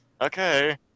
okay